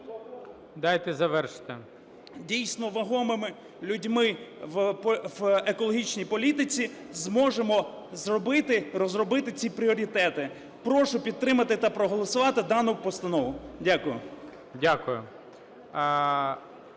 …дійсно, вагомими людьми в екологічній політиці, зможемо зробити, розробити ці пріоритети. Прошу підтримати та проголосувати дану постанову. Дякую.